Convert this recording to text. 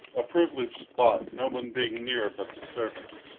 a privileged spot, no one being near but the servant.